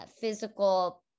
physical